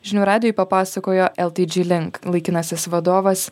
žinių radijui papasakojo lt dži link laikinasis vadovas